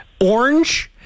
orange